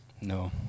no